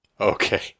Okay